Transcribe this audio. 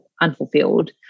unfulfilled